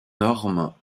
normes